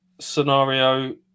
scenario